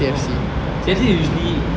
oh C_F_C usually